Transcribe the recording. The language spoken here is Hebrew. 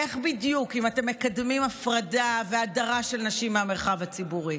איך בדיוק אם אתם מקדמים הפרדה והדרה של נשים מהמרחב הציבורי?